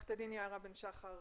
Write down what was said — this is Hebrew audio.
עורכת הדין יערה בן שחר